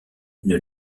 une